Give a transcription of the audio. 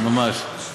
ממש.